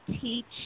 teach